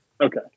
Okay